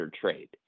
trade